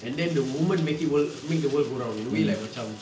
and then the woman make it world make the world go round in a way like macam